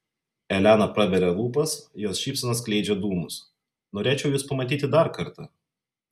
elena praveria lūpas jos šypsena skleidžia dūmus norėčiau jus pamatyti dar kartą